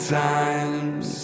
times